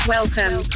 Welcome